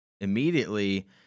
immediately